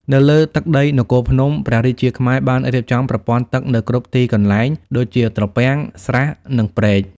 នៅលើទឹកដីនគរភ្នំ ព្រះរាជាខ្មែរបានរៀបចំប្រព័ន្ធទឹកនៅគ្រប់ទីកន្លែង ដូចជា ត្រពាំង ស្រះ និងព្រែក។